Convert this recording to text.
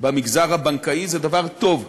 במגזר הבנקאי זה דבר טוב.